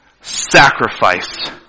sacrifice